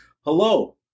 Hello